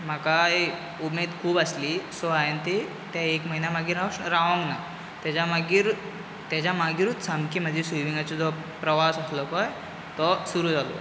म्हाकाय उमेद खूब आसली सो हांयेन ती ते एक म्हयन्या मागीर हांव रावोंक ना तेजा मागीर तेजा मागीरूच सामकीं म्हजी स्विमींगाची जो प्रवास आसलो पय तो सुरू जालो